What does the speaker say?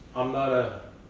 i'm not a